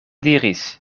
diris